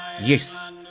yes